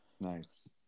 Nice